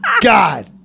God